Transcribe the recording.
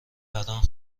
برام